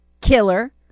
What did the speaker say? killer